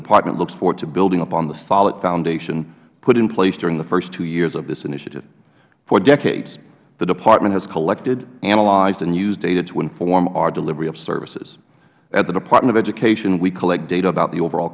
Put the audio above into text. department looks forward to building upon the solid foundation put in place during the first two years of this initiative for decades the department has collected analyzed and used data to inform our delivery of services at the department of education we collect data about the overall